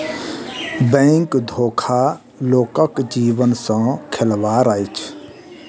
bank धोखा लोकक जीवन सॅ खेलबाड़ अछि